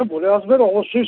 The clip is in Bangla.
হ্যাঁ বলে আসবেন অবশ্যই